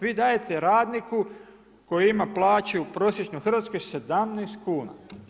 Vi dajete radniku koji ima plaću prosječnu u Hrvatskoj 17 kuna.